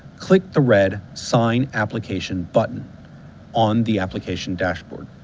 click the red sign application button on the application dashboard.